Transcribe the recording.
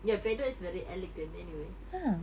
ya piano is very elegant anyway